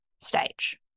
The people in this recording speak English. stage